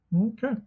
Okay